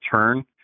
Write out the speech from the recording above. turn